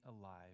alive